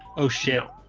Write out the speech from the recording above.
oh shit,